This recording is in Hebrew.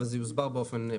אבל זה יוסבר באופן פרטני.